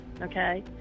okay